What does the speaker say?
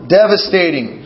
devastating